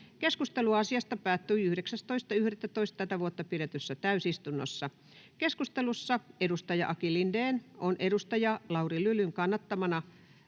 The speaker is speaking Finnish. Keskustelu asiasta päättyi 19.11.2024 pidetyssä täysistunnossa. Keskustelussa edustaja Aki Lindén on edustaja Lauri Lylyn kannattamana